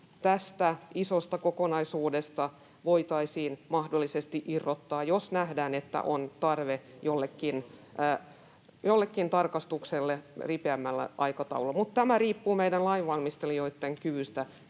tästä isosta kokonaisuudesta voitaisiin jotakin mahdollisesti irrottaa, jos nähdään, että on tarve jollekin tarkistukselle ripeämmällä aikataululla. Mutta tämä riippuu meidän lainvalmistelijoittemme kyvystä,